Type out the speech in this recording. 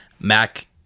Mac